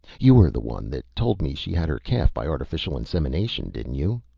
you're the one that told me she had her calf by artificial insemination, didn't you?